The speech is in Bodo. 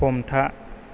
हमथा